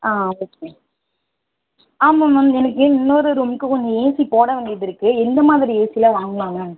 ஆ okay ஆமாம் ma'am எனக்கு இன்னொரு ரூமுக்கு கொஞ்சம் ஏசி போட வேண்டியது இருக்குது எந்த மாதிரி ஏசியெலாம் வாங்கலாம் மேம்